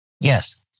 Yes